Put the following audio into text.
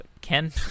Ken